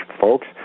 folks